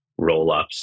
rollups